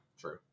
true